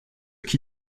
qui